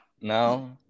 No